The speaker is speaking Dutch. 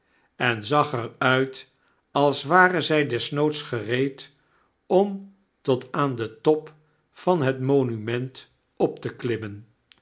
en zag er uit als ware zi desnoods gereed om tot aan den top van het monument op teklimmen